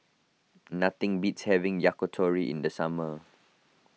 nothing beats having Yakitori in the summer